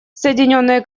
соединенное